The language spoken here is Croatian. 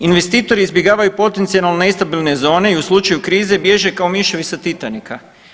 Investitori izbjegavaju potencijalno nestabilne zone i u slučaju krize bježe kao miševi sa Titanika.